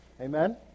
Amen